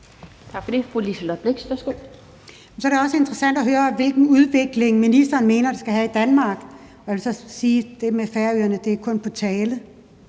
værsgo. Kl. 17:26 Liselott Blixt (DF): Så er det også interessant at høre, hvilken udvikling ministeren mener vi skal have i Danmark. Og jeg vil så sige, at det med Færøerne kun er på tale;